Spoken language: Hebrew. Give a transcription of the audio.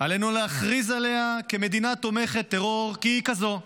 עלינו להכריז עליה כמדינה תומכת טרור, כי היא כזו,